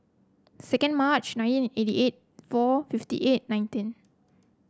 second March nineteen eighty eight four fifty eight nineteen